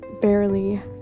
barely